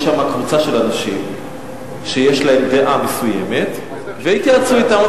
יש שם קבוצה של אנשים שיש להם דעה מסוימת והתייעצו אתם.